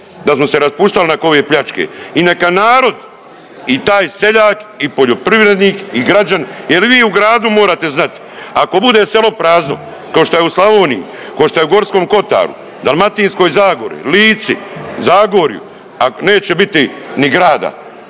da smo se raspuštali nakon ove pljačke. I neka narod i taj seljak i poljoprivrednik i građanin, jer vi u gradu morate znat ako bude selo prazno kao što je u Slavoniji, kao što je u Gorskom kotaru, Dalmatinskoj zagori, Lici, Zagorju, neće biti ni grada.